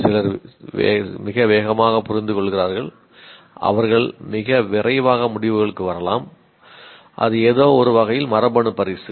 சிலர் மிக வேகமாக புரிந்துகொள்கிறார்கள் அவர்கள் மிக விரைவாக முடிவுகளுக்கு வரலாம் அது ஏதோ ஒரு வகையில் மரபணு பரிசு